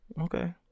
Okay